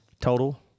total